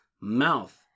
mouth